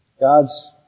God's